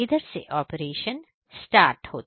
इधर से operation start होता है